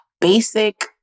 basic